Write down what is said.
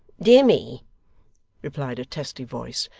dear me replied a testy voice,